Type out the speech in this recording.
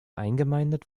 eingemeindet